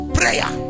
prayer